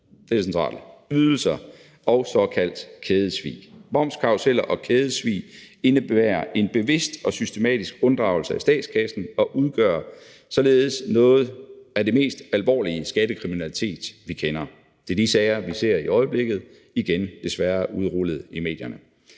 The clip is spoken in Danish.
er det centrale: ydelser – og såkaldt kædesvig. Momskarruseller og kædesvig indebærer en bevidst og systematisk unddragelse af skat til statskassen og udgør således noget af den mest alvorlige skattekriminalitet, vi kender. Det er de sager, vi ser i øjeblikket – igen desværre – udrullet i medierne.